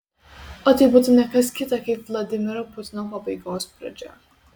o tai būtų ne kas kita kaip vladimiro putino pabaigos pradžia